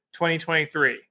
2023